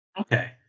okay